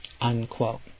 Unquote